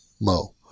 mo